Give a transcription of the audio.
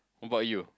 what about you